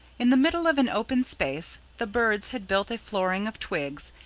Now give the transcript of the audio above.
in the middle of an open space the birds had built a flooring of twigs,